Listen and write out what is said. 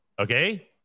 Okay